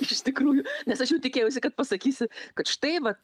iš tikrųjų nes aš jau tikėjausi kad pasakysi kad štai vat